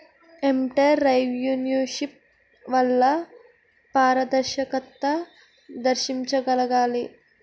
entrepreneurship వలన పారదర్శకత ప్రదర్శించగలగాలి